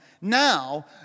Now